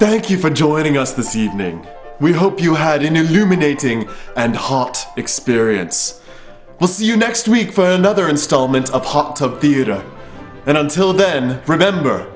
thank you for joining us this evening we hope you had a new human ating and hot experience we'll see you next week for another installment of hot tub theater and until then remember